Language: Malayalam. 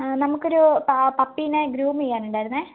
ആ നമുക്കൊരു പ പപ്പീനെ ഗ്രൂമെയ്യാനിണ്ടായിരുന്നു